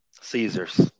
Caesars